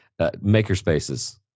Makerspaces